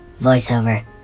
voiceover